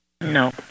No